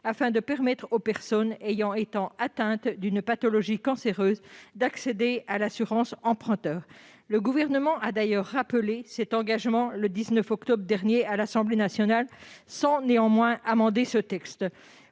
afin de permettre aux personnes ayant été atteintes d'une pathologie cancéreuse d'accéder à l'assurance emprunteur. Le Gouvernement a d'ailleurs rappelé cet engagement le 19 octobre dernier, à l'Assemblée nationale, sans néanmoins amender ce texte,